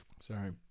sorry